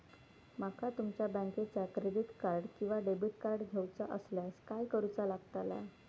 माका तुमच्या बँकेचा क्रेडिट कार्ड किंवा डेबिट कार्ड घेऊचा असल्यास काय करूचा लागताला?